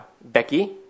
Becky